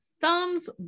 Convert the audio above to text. Thumbs